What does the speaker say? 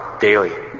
daily